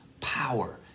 power